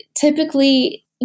typically